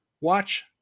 Watch